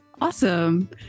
Awesome